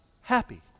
happy